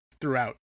throughout